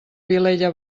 vilella